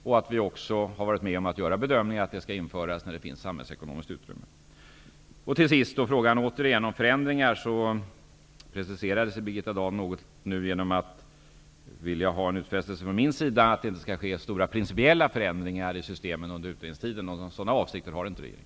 Vi har också varit med om att göra bedömningen att det skall införas när det finns samhällsekonomiskt utrymme. Till sist återigen frågan om förändringar. Birgitta Dahl preciserade sig nu något genom att vilja ha en utfästelse från min sida att det inte skall ske stora principiella förändringar i systemen under utredningstiden. Några sådana avsikter har inte regeringen.